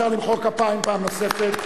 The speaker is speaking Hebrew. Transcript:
רבותי, אפשר למחוא כפיים פעם נוספת.